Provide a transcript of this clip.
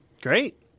Great